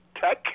Tech